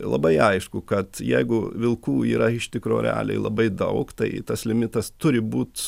labai aišku kad jeigu vilkų yra iš tikro realiai labai daug tai tas limitas turi būt